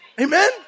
Amen